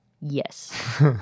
Yes